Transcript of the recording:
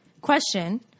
Question